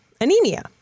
anemia